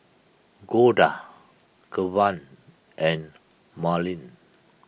Golda Kevan and Marlene